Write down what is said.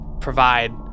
provide